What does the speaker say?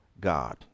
God